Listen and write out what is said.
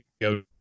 go